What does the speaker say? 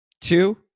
Two